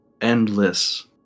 Endless